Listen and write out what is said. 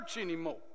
anymore